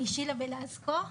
אני שילה ולסקו,